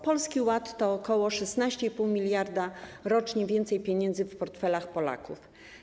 Polski Ład to koło 16,5 mld zł rocznie więcej pieniędzy w portfelach Polaków.